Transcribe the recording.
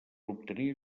obtenir